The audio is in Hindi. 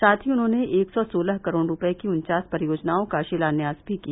साथ ही उन्होंने एक सौ सोलह करोड़ रूपये की उन्वास परियोजनाओं का शिलान्यास भी किया